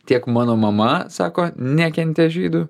tiek mano mama sako nekentė žydų